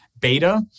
Beta